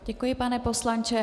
Děkuji, pane poslanče.